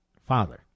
father